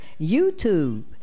YouTube